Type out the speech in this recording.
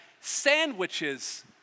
sandwiches